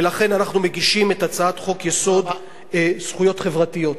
ולכן אנחנו מגישים את הצעת חוק-יסוד: זכויות חברתיות.